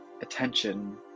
attention